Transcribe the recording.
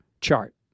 chart